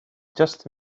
just